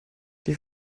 die